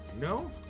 No